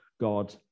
God